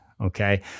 Okay